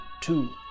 two